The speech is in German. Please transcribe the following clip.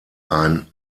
ein